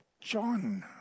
John